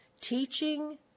Teaching